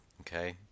Okay